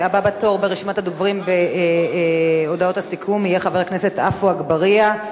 והבא בתור ברשימת הדוברים בהודעות הסיכום יהיה חבר הכנסת עפו אגבאריה,